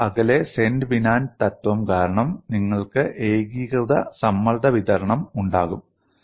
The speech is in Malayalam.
അതിനാൽ അകലെ സെന്റ് വിനാന്റ് തത്വം കാരണം നിങ്ങൾക്ക് ഏകീകൃത സമ്മർദ്ദ വിതരണം ഉണ്ടാകും